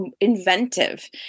inventive